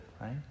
right